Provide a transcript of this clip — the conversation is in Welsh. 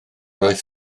oedd